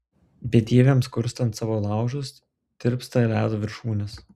bedieviams kurstant savo laužus tirpsta ledo viršūnės